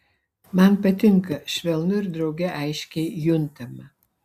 man patinka švelnu ir drauge aiškiai juntama